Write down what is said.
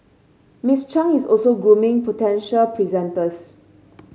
Miss Chang is also grooming potential presenters